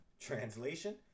Translation